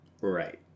right